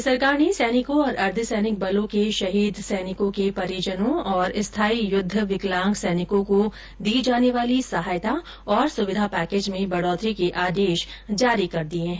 राज्य सरकार ने सैनिकों और अर्द्व सैनिक बलों के शहीद सैनिकों के परिजनों और स्थाई युद्ध विकलांग सैनिकों को दी जाने वाली सहायता और सुविधा पैकेज में बढ़ोतरी के आदेश जारी कर दिए हैं